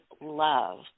love